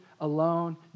alone